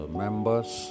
members